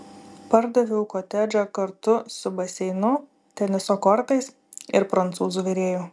pardaviau kotedžą kartu su baseinu teniso kortais ir prancūzų virėju